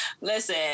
Listen